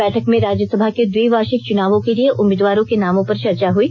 बैठक में राज्यसभा के द्विवाार्षिक चुनावों के लिए उम्मीदवारों के नामों पर चर्चा हुई